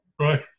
Right